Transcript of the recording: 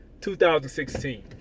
2016